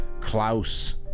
klaus